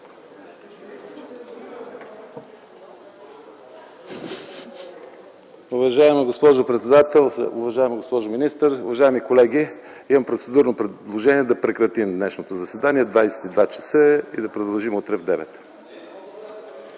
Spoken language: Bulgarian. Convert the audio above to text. Уважаема госпожо председател, уважаема госпожо министър, уважаеми колеги! Имам процедурно предложение да прекратим днешното заседание, 22,00 часа е, и да продължим утре в